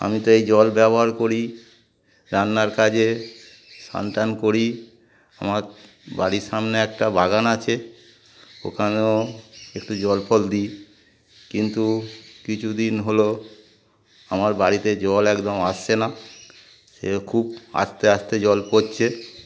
আমি তো এই জল ব্যবহার করি রান্নার কাজে স্নান টান করি আমার বাড়ির সামনে একটা বাগান আছে ওখানেও একটু জল ফল দিই কিন্তু কিছুদিন হলো আমার বাড়িতে জল একদম আসছে না সে খুব আস্তে আস্তে জল পড়ছে